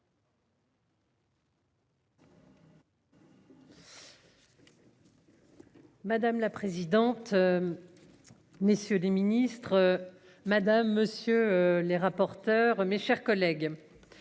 Madame la présidente. Messieurs les ministres. Madame, monsieur les rapporteurs, mes chers collègues.